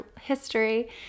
history